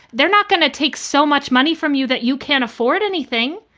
they're not going to take so much money from you that you can't afford anything.